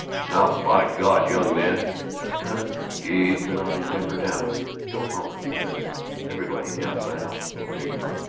now, by god, young man tut, tut! keep the naughty temper down, and don't holler, because everybody in the outside office will hear you.